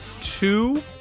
two